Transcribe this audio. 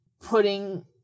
putting